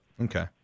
Okay